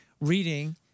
reading